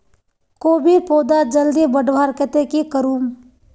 कोबीर पौधा जल्दी बढ़वार केते की करूम?